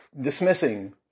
dismissing